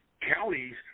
counties